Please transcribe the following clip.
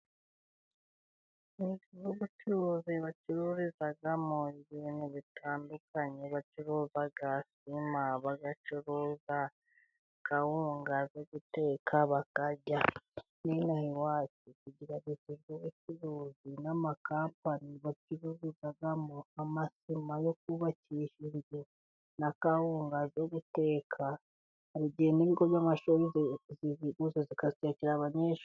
Ikigo cy'ubucuruzi, bacururizamoza ibintu bitandukanye. Bacuruza sima, bagacuruza kawunga zo guteka bakarya. N'inaha iwacu tugira ikigo cy'ubucuruzi na kampani bacururizamo amasima yo kubakisha ibigega na kawunga zo guteka. Mu gihe n'ibigori by'amashuri bigura kawunga zo gutekera abanyeshuri.